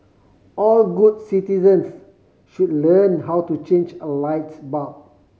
all good citizens should learn how to change a lights bulb